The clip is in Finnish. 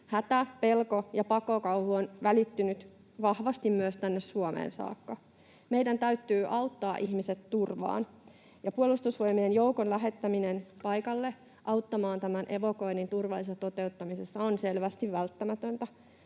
Hätä, pelko ja pakokauhu ovat välittyneet vahvasti myös tänne Suomeen saakka. Meidän täytyy auttaa ihmiset turvaan. Puolustusvoimien joukon lähettäminen paikalle auttamaan tämän evakuoinnin turvallisessa toteuttamisessa on selvästi välttämätöntä,